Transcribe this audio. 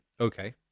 Okay